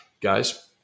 Guys